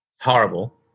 horrible